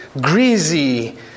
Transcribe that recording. greasy